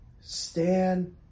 Stand